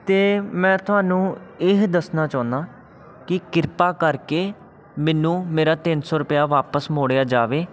ਅਤੇ ਮੈਂ ਤੁਹਾਨੂੰ ਇਹ ਦੱਸਣਾ ਚਾਹੁੰਦਾ ਕਿ ਕਿਰਪਾ ਕਰਕੇ ਮੈਨੂੰ ਮੇਰਾ ਤਿੰਨ ਸੌ ਰੁਪਇਆ ਵਾਪਿਸ ਮੋੜਿਆ ਜਾਵੇ